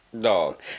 Dog